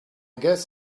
guess